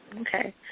Okay